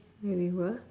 where we were